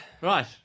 Right